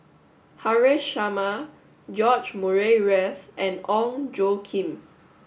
Haresh Sharma George Murray Reith and Ong Tjoe Kim